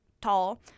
tall